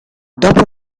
dopo